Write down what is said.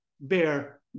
bear